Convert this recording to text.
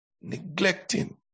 Neglecting